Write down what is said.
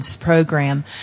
program